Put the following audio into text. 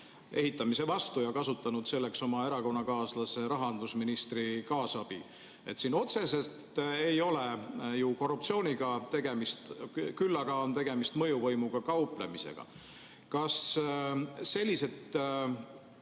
ehitamise vastu ning kasutanud selleks oma erakonnakaaslase, rahandusministri kaasabi. Siin otseselt ei ole ju korruptsiooniga tegemist, küll aga on tegemist mõjuvõimuga kauplemisega. Kas sellised